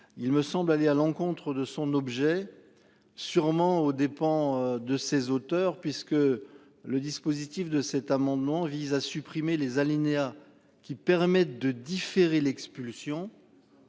Il me semble aller à l'encontre de son objet. Sûrement aux dépens de ses auteurs puisque le dispositif de cet amendement vise à supprimer les alinéas qui permettent de différer l'expulsion.